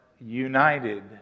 united